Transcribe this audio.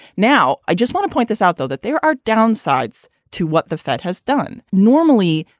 now, i just want to point this out, though, that there are downsides to what the fed has done. normally,